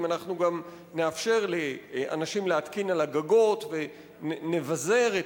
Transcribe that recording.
אם אנחנו גם נאפשר לאנשים להתקין על הגגות ונבזר את